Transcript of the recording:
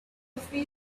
fell